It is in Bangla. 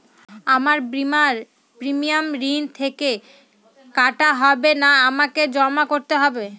আমার বিমার প্রিমিয়াম ঋণ থেকে কাটা হবে না আমাকে জমা করতে হবে?